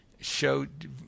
showed